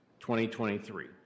2023